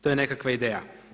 To je nekakva ideja.